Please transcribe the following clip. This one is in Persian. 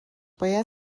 باید